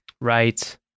Right